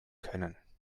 können